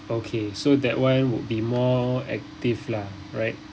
okay so that [one] would be more active lah right